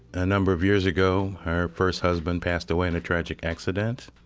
a number of years ago, her first husband passed away in a tragic accident.